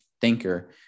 thinker